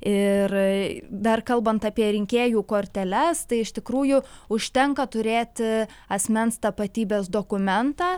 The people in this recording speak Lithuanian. ir dar kalbant apie rinkėjų korteles tai iš tikrųjų užtenka turėti asmens tapatybės dokumentą